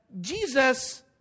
Jesus